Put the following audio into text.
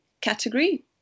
category